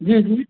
जी जी